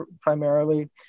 primarily